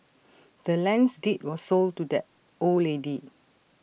the land's deed was sold to the old lady